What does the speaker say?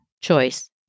choice